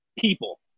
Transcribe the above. people